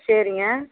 சரிங்க